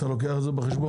אתה לוקח את זה בחשבון?